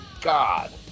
god